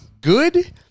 good